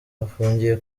bafungiye